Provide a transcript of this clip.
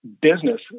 business